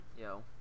Yo